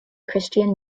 christian